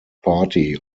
party